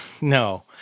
no